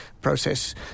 process